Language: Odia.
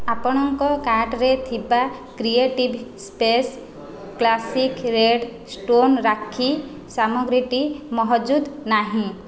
ଆପଣଙ୍କ କାର୍ଟ୍ରେ ଥିବା creative space classic red stone rakhi ସାମଗ୍ରୀଟି ମହଜୁଦ ନାହିଁ